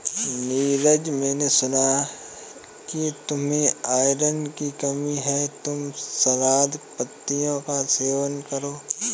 नीरज मैंने सुना कि तुम्हें आयरन की कमी है तुम सलाद पत्तियों का सेवन करो